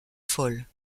folle